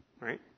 Right